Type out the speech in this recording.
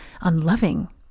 unloving